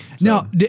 now